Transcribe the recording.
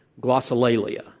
glossolalia